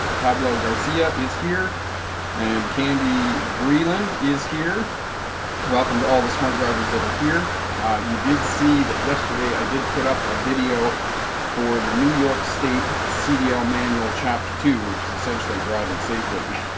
pablo garcia is here and candy breeland is here welcome to all the smart drivers that are here you did see that yesterday i did put up a video for the new york state cdl manual chapter two which is essentially driving safely